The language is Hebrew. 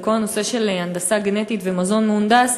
בכל הנושא של הנדסה גנטית ומזון מהונדס,